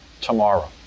tomorrow